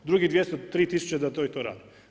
Drugih 203 tisuće da to i to rade.